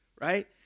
right